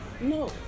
No